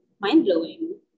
mind-blowing